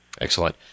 Excellent